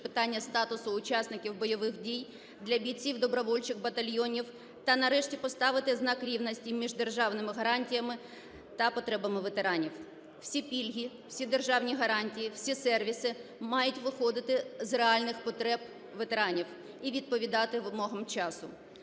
питання статусу учасників бойових дій для бійців добровольчих батальйонів та нарешті поставити знак рівності між державними гарантіями та потребами ветеранів. Всі пільги, всі державні гарантії, всі сервіси мають виходити з реальних потреб ветеранів і відповідати вимогам часу.